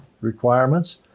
requirements